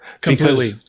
Completely